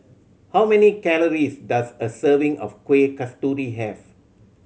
how many calories does a serving of Kueh Kasturi have